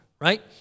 right